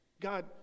God